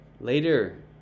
Later